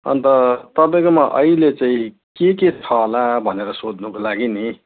अन्त तपाईँकोमा अहिले चाहिँ के के छ होला भनेर सोध्नुको लागि नि